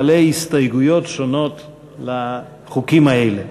בעלי הסתייגויות שונות לחוקים האלה,